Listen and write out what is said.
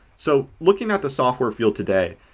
so looking at the software field today,